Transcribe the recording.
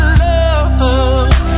love